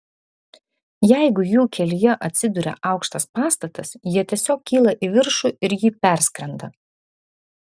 jeigu jų kelyje atsiduria aukštas pastatas jie tiesiog kyla į viršų ir jį perskrenda